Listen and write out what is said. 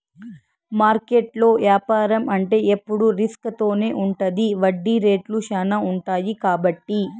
మార్కెట్లో యాపారం అంటే ఎప్పుడు రిస్క్ తోనే ఉంటది వడ్డీ రేట్లు శ్యానా ఉంటాయి కాబట్టి